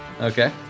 Okay